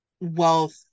wealth